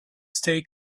stay